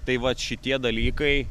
tai vat šitie dalykai